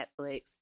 Netflix